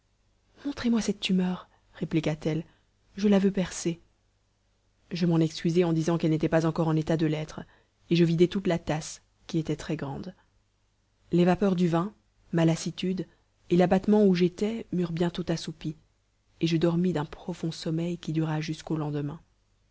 montrez-moi cette tumeur répliqua-t-elle je la veux percer je m'en excusai en disant qu'elle n'était pas encore en état de l'être et je vidai toute la tasse qui était très-grande les vapeurs du vin ma lassitude et l'abattement où j'étais m'eurent bientôt assoupi et je dormis d'un profond sommeil qui dura jusqu'au lendemain